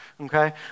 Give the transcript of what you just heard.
okay